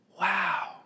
Wow